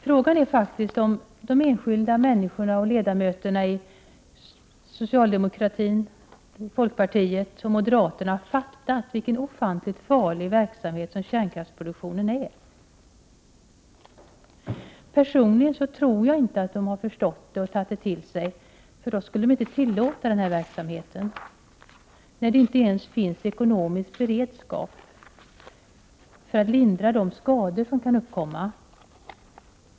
Frågan är faktiskt om de enskilda människorna och ledamöterna inom socialdemokratin, folkpartiet och moderaterna har fattat vilken ofantligt farlig verksamhet som kärnkraftsproduktionen är. Personligen tror jag inte att de verkligen har förstått och tagit det till sig, för då skulle de inte tillåta den här verksamheten när det inte ens finns ekonomisk beredskap för att lindra de skador som kan uppkomma.